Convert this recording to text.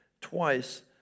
twice